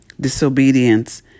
Disobedience